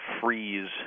freeze